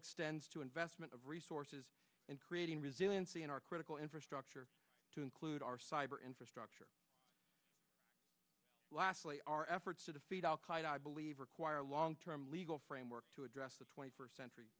extends to investment of resources and creating resiliency in our critical infrastructure to include our cyber infrastructure lastly our efforts to defeat al qaeda i believe require a long term legal framework to address the twenty first century